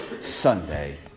Sunday